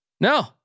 No